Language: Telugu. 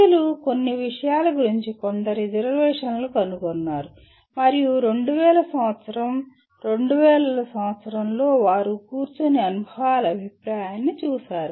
ప్రజలు కొన్ని విషయాల గురించి కొంత రిజర్వేషన్లు కనుగొన్నారు మరియు 2000 సంవత్సరం 2000 లో వారు కూర్చుని అనుభవాల అభిప్రాయాన్ని చూసారు